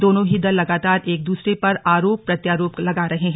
दोनों ही दल लगातार एक दूसरे पर आरोप प्रत्यारोप लगा रहे हैं